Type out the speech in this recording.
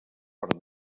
per